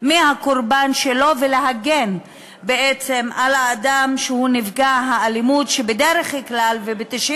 פיקוח אלקטרוני על אדם שהוצא כלפיו צו